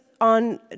on